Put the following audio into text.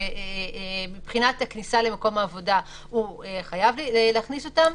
ומקום עבודה חייב להכניס אותם.